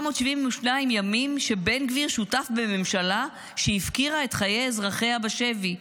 472 ימים שבן גביר שותף בממשלה שהפקירה את חיי אזרחיה בשבי.